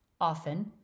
often